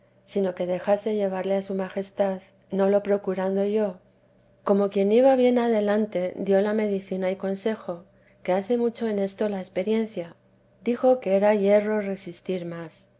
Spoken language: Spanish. sino que dejase llevarle a su majestad no lo procurando yo como quien iba bien adelante dio la medicina y consejo que hace mucho en esto la e riencia dijo que era yerro resistir más